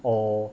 or